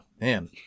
man